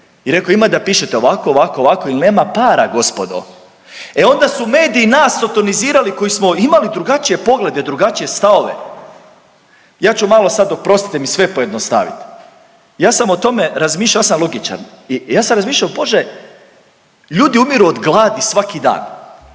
i reko ima da pišete ovako, ovako, ovako il nema para gospodo. E onda su mediji nas sotonizirali koji smo imali drugačije poglede, drugačije stavove. Ja ću malo sad oprostite mi sve pojednostavit, ja sam o tome razmišljao, ja sam logičar i ja sam razmišljao Bože ljudi umiru od gladi svaki dan